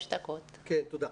תודה.